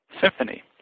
symphony